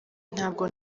ntabwo